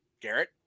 Garrett